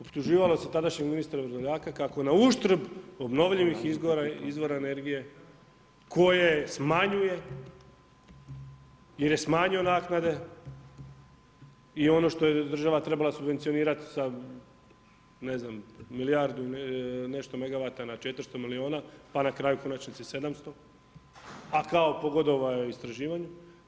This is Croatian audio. Optuživalo se tadašnjeg ministra Vrdoljaka, kako na uštrb obnovljivih izvora energije, koje smanjuje jer je smanjio naknade i ono što je država trebala subvencionirati, ne znam na milijardu nešto megavata, na 400 milijuna, pa na kraju u konačnici 700, a kao pogodovao je istraživanju.